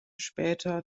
später